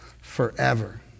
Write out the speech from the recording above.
forever